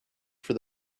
for